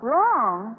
Wrong